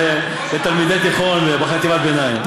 זה תלמידי תיכון וחטיבת ביניים,